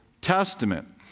Testament